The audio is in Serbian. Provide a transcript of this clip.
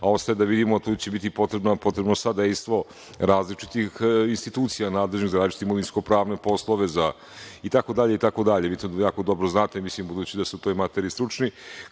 a ostaje da vidimo, a tu će biti potrebno sadejstvo različitih institucija nadležnih za različite imovinsko pravne poslove itd. Vi to jako dobro znate, budući da ste u toj materiji stručni,